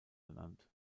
benannt